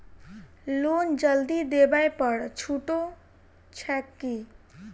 Loan जल्दी देबै पर छुटो छैक की?